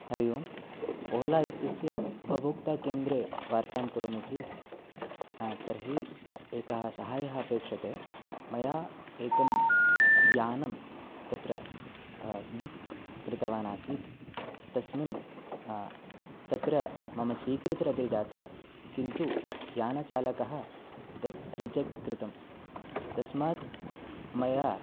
हरिः ओम् ओला इत्यस्य उपभोक्तृकेन्द्रे वार्तां करोमि खलु तर्हि एकं साहाय्यम् अपेक्ष्यते मया एकं यानं तत्र बुक् कृतवान् आसीत् तस्मिन् तत्र मम स्वीकृतिः अपि जाता किन्तु यानचालकः तत् रिजेक्ट् कृतम् तस्मात् मया